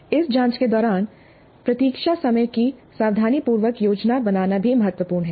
इस जांच के दौरान प्रतीक्षा समय की सावधानीपूर्वक योजना बनाना भी महत्वपूर्ण है